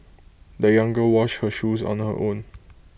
the young girl washed her shoes on her own